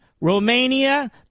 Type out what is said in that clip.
Romania